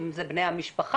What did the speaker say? אם זה בני המשפחה,